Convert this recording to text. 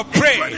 pray